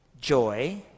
joy